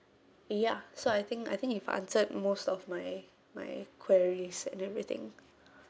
ya so I think I think you've answered most of my my queries and everything